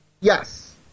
Yes